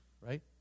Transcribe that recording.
right